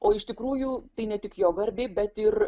o iš tikrųjų tai ne tik jo garbei bet ir